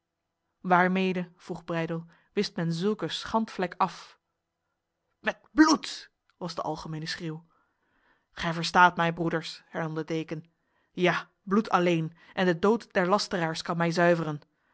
waarmede vroeg breydel wist men zulke schandvlek af met bloed was de algemene schreeuw gij verstaat mij broeders hernam de deken ja bloed alleen en de dood der lasteraars kan mij zuiveren